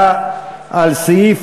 העבודה לסעיף